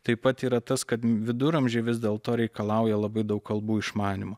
taip pat yra tas kad viduramžiai vis dėlto reikalauja labai daug kalbų išmanymo